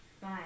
Bye